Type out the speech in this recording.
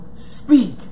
Speak